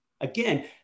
Again